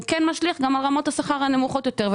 כן משליך גם על רמות השכר הנמוכות יותר.